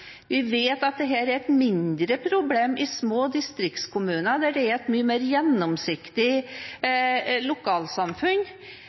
vi vet at det er et mindre problem i små distriktskommuner, der det er mye mer